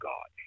God